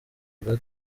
rwa